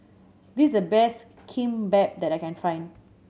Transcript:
this is the best Kimbap that I can find